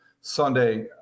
Sunday